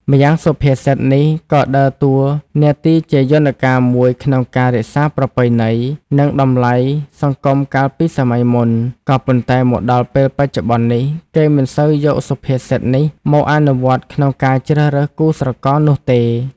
ម្យ៉ាងសុភាសិតនេះក៏ដើរតួនាទីជាយន្តការមួយក្នុងការរក្សាប្រពៃណី និងតម្លៃសង្គមកាលពីសម័យមុន ក៏ប៉ុន្តែមកដល់ពេលបច្ចុប្បន្ននេះគេមិនសូវយកសុភាសិតនេះមកអនុវត្តក្នុងការជ្រើសរើសគូស្រករនោះទេ។